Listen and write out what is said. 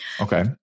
Okay